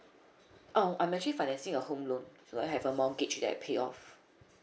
um I'm actually financing a home loan so I have a mortgage that I pay off